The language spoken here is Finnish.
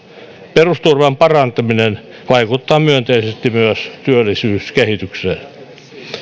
perusturvan parantaminen vaikuttaa myönteisesti myös työllisyyskehitykseen